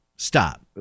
Stop